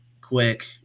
quick